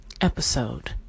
episode